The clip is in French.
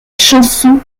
chanson